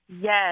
yes